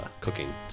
cooking